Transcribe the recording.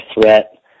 Threat